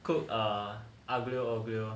cook err aglio oglio